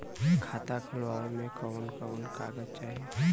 खाता खोलवावे में कवन कवन कागज चाही?